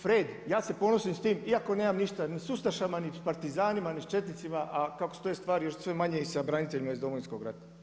Fred, ja se ponosim s tim iako nemam ništa ni s ustašama ni s partizanima ni sa četnicima, a kako stoje stvari, još sve manje i sa braniteljima iz Domovinskog rata.